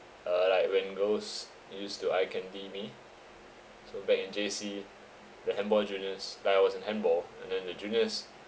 uh like when girls used to eye candy me so back in J_C the handball juniors like I was in handball and then the juniors